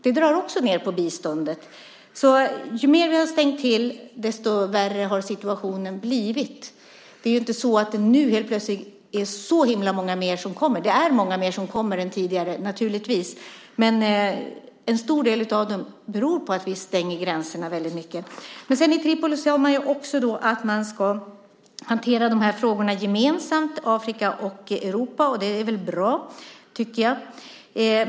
Det drar också ned på biståndet. Ju mer vi har stängt till, desto värre har situationen blivit. Det är inte så att det nu helt plötsligt är så himla många flera som kommer. Det är naturligtvis många flera som kommer nu än tidigare, men när det gäller en stor del av dem beror det mycket på att vi stänger gränserna. I Tripoli sade man att Afrika och Europa ska hantera de här frågorna gemensamt, och det är väl bra.